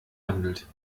handelt